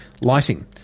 lighting